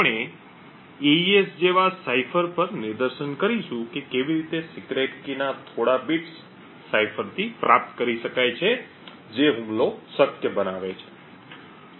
આપણે એઇએસ જેવા સાઇફર પર નિદર્શન કરીશું કે કેવી રીતે સિક્રેટ કી ના થોડા બિટ્સ સાઇફરથી પ્રાપ્ત કરી શકાય છે જે હુમલો શક્ય બનાવે છે